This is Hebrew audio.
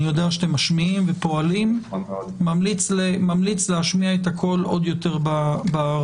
אני יודע שאתם משמיעים ופועלים וממליץ להשמיע את הקול עוד יותר ברמה.